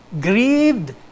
grieved